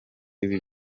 ibi